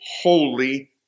holy